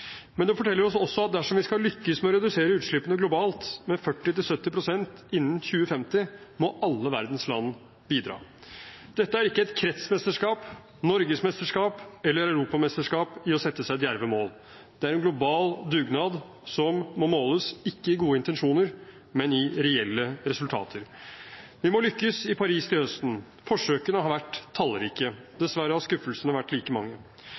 men det forteller oss også at dersom vi skal lykkes med å redusere utslippene globalt med 40–70 pst. innen 2050, må alle verdens land bidra. Dette er ikke et kretsmesterskap, norgesmesterskap eller europamesterskap i å sette seg djerve mål; det er en global dugnad som må måles ikke i gode intensjoner, men i reelle resultater. Vi må lykkes i Paris til høsten. Forsøkene har vært tallrike. Dessverre har skuffelsene vært like mange.